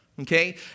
Okay